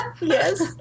Yes